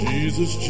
Jesus